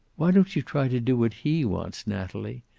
why don't you try to do what he wants, natalie?